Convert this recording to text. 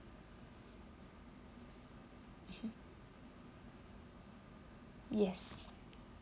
yes